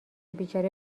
بیچاره